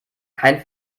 kein